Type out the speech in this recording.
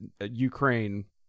Ukraine